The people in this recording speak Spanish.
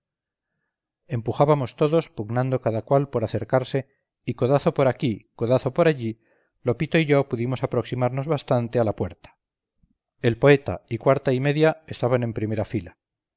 empujábamos todos pugnando cada cual por acercarse y codazo por aquí codazo por allí lopito y yo pudimos aproximarnos bastante a la puerta el poeta y cuarta y media estaban en primera fila